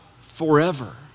forever